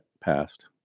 passed